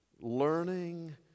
learning